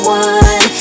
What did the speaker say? one